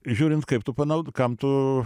žiūrint kaip tu panau kam tu